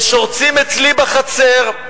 הם שורצים אצלי בחצר,